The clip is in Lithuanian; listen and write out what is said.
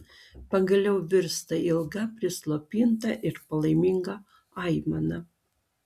pagaliau virsta ilga prislopinta ir palaiminga aimana